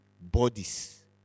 bodies